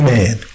Man